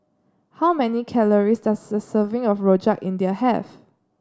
how many calories does a serving of Rojak India have